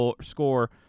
score